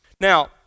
Now